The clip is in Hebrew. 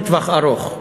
לטווח ארוך.